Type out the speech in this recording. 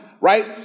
right